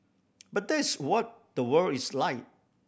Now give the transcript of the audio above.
but that's what the world is like